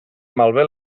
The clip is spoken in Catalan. malbé